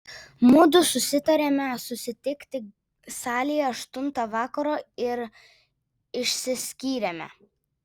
mudu susitarėme susitikti salėje aštuntą vakaro ir išsiskyrėme